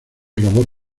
robot